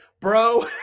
bro